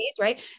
Right